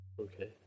okay